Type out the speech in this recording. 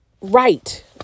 right